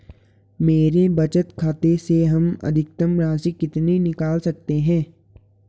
मेरे बचत खाते से हम अधिकतम राशि कितनी निकाल सकते हैं?